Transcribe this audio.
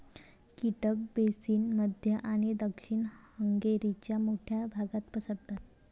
कीटक बेसिन मध्य आणि दक्षिण हंगेरीच्या मोठ्या भागात पसरतात